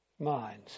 minds